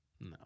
No